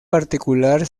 particular